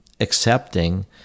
accepting